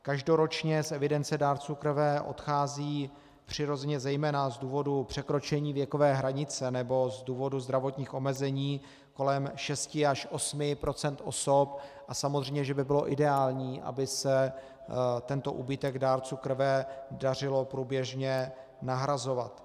Každoročně z evidence dárců krve odchází přirozeně zejména z důvodu překročení věkové hranice nebo z důvodu zdravotních omezení kolem šesti až osmi procent osob a samozřejmě, že by bylo ideální, aby se tento úbytek dárců krve dařilo průběžně nahrazovat.